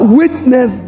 witness